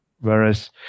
whereas